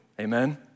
amen